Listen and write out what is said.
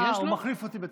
הוא מחליף אותי ב-21:00.